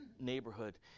neighborhood